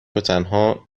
وتنها